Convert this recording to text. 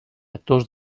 actors